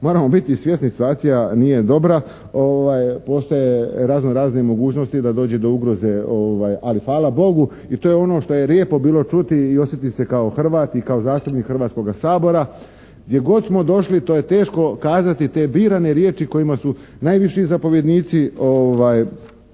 moramo biti svjesni situacija nije dobra, postoje razno razne mogućnosti da dođe do ugroze. Ali hvala Bogu, i to je ono što je lijepo bilo čuti i osjetiti se kao Hrvat i kao zastupnik Hrvatskoga sabora. Gdje god smo došli to je teško kazati, te birane riječi kojima su najviši zapovjednici